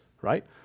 right